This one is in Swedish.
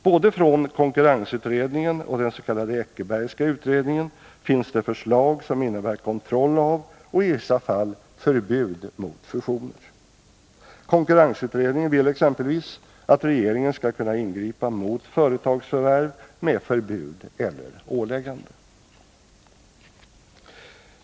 Både från konkurrensutredningen och den s.k. Eckerbergska utredningen finns det förslag som innebär kontroll av och i vissa fall förbud mot fusioner. Konkurrensutredningen vill exempelvis att regeringen skall kunna ingripa mot företagsförvärv med förbud eller åläggande.